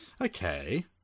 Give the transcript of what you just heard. Okay